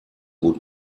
gut